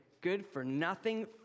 good-for-nothing